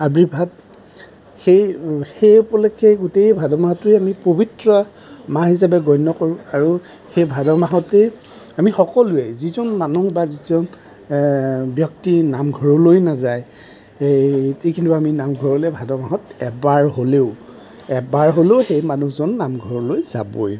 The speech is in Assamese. আৱিৰ্ভাৱ সেই সেই উপলক্ষেই গোটেই ভাদমাহটোৱেই আমি পৱিত্ৰ মাহ হিচাপে গণ্য কৰোঁ আৰু সেই ভাদ মাহতেই আমি সকলোৱেই যিজন মানুহ বা যিজন ব্যক্তি নামঘৰলৈ নাযায় এতিয়া কিন্তু আমি নামঘৰলৈ ভাদ মাহত এবাৰ হ'লেও এবাৰ হ'লেও সেই মানুহজন নামঘৰলৈ যাবই